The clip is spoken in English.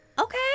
Okay